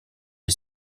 les